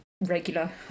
regular